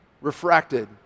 refracted